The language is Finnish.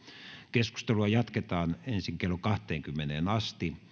keskustelua jatketaan ensin kello kahteenkymmeneen asti